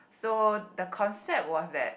so the concept was that